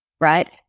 right